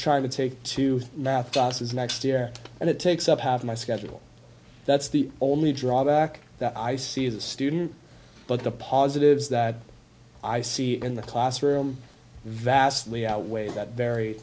trying to take to math just as next year and it takes up half my schedule that's the only drawback that i see as a student but the positives that i see in the classroom vastly outweigh that very